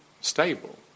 stable